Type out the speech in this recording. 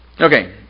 Okay